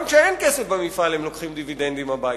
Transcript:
גם כשאין כסף במפעל הם לוקחים דיבידנדים הביתה,